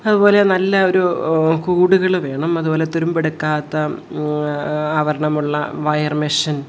അതുപോലെ നല്ല ഒരു കൂടുകൾ വേണം അതുപോല തുരുമ്പെടുക്കാത്ത അവർണ്ണമുള്ള വയർ മെഷൻ